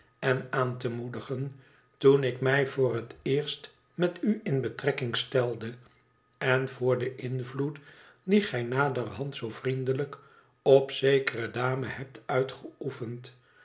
en aan te moedigen toen ik mij voor het eerst met u in betrekking stelde en voor den invloed dien gij naderhand zoo vriendelijk op zekere dame hebt uitgeoefend